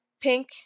pink